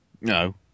No